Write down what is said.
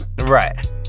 Right